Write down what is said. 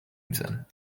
میزنه